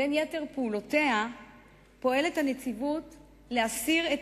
ובין יתר פעולותיה הנציבות פועלת להסיר את